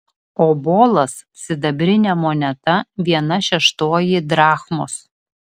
obolas sidabrinė moneta viena šeštoji drachmos